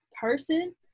person